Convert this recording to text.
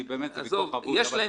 כי זה ויכוח אבוד,